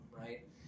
right